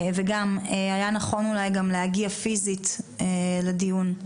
וגם היה נכון אולי להגיע פיזית לדיון,